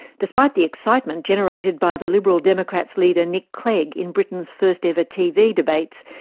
despite the excitement generated by the liberal democrat's leader, nick clegg in britain's first-ever tv debates,